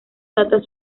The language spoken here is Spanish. data